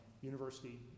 University